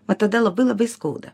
o tada labai labai skauda